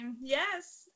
Yes